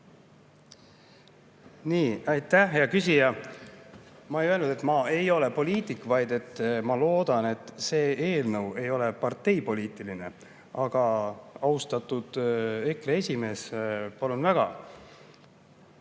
Aitäh, hea küsija! Ma ei öelnud, et ma ei ole poliitik, vaid et ma loodan, et see eelnõu ei ole parteipoliitiline. Aga, austatud EKRE esimees, mind